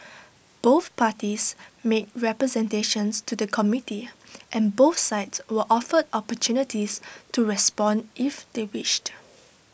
both parties made representations to the committee and both sides were offered opportunities to respond if they wished